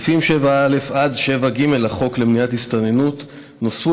סעיפים 7א עד 7ג לחוק למניעת הסתננות נוספו